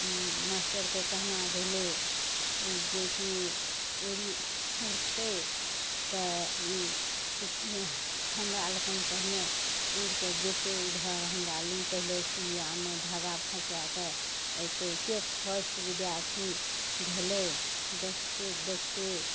मास्टरके कहना भेलय जेकि उड़ी उड़तय तऽ ई हमरा लोकनि पहिने उड़िकऽ जेतय उधर हमरा लग पहिले सुइआमे धागा फँसा कऽ एतयके फर्स्ट विद्यार्थी भेलय देखतय देखतय